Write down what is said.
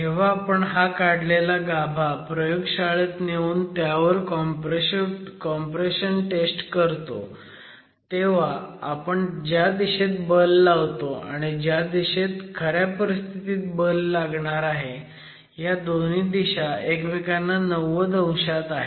जेव्हा आपण हा काढलेला गाभा प्रयोगशाळेत नेऊन त्यावर कॉम्प्रेशन टेस्ट करतो तेव्हा आपण ज्या दिशेत बल लावतो आणि ज्या दिशेत खऱ्या परीस्थितीत बल येणार आहे ह्या दोन्ही दिशा एकमेकांना 90 अंशात आहेत